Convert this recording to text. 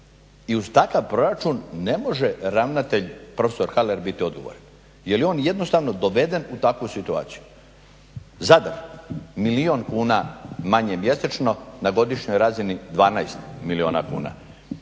i uz takav proračun ne može ravnatelj profesor Haler biti odgovoran jer je on jednostavno doveden u takvu situaciju. Zadar, milijun kuna manje mjesečno, na godišnjoj razini 12 milijuna kuna.